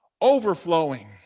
Overflowing